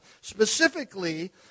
Specifically